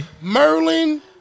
Merlin